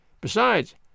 Besides